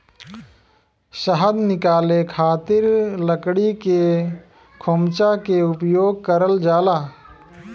शहद निकाले खातिर लकड़ी के खोमचा के उपयोग करल जाला